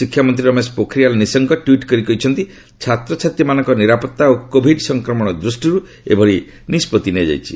ଶିକ୍ଷାମନ୍ତ୍ରୀ ରମେଶ ପୋଖରିଆଲ୍ ନିଶଙ୍କ ଟ୍ୱିଟ୍ କରି କହିଛନ୍ତି ଛାତ୍ରଛାତ୍ରୀମାନଙ୍କ ନିରାପତ୍ତା ଓ କୋଭିଡ୍ ସଂକ୍ରମଣ ଦୃଷ୍ଟିରୁ ଏଭଳି ନିଷ୍ପତ୍ତି ନିଆଯାଇଛି